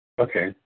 Okay